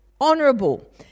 honourable